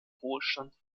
ruhestand